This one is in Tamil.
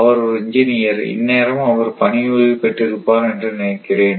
அவர் ஒரு இன்ஜினியர் இந்நேரம் அவர் பணி ஓய்வு பெற்று இருப்பார் என்று நினைக்கிறேன்